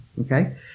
Okay